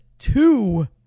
two